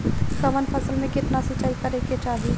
कवन फसल में केतना सिंचाई करेके चाही?